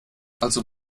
also